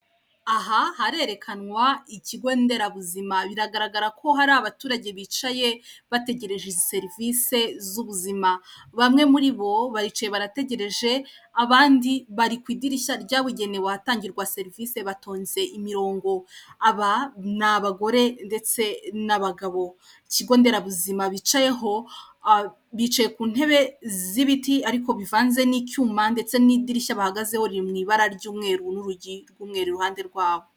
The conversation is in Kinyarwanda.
Aha harerekanwa ikigo nderabuzima biragaraga ko hari abaturage bicaye bategereje serivise z'ubuzima bamwe muri bo baricaye barategereje abandi bari ku idirishya ryabugenewe ahatangirwa serivisi batonze imirongo aba ni abagore ndetse n'abagabo, ikigo nderabuzima bicayeho bicaye ku ntebe z'ibiti ariko bivanze n'icyuma ndetse n'idirishya bahagazeho riri mu ibara ry'umweru ndetse n'urugi rw'umweru iruhande rwabo.